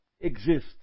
exist